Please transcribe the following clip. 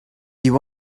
you